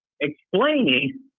explaining